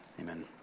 Amen